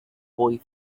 boy